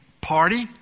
party